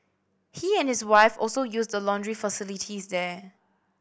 he and his wife also use the laundry facilities there